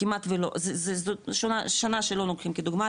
זאת שנה שלא לוקחים כדוגמא,